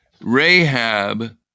Rahab